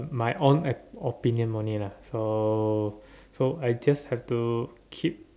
my own op~ opinion only lah so so I just have to keep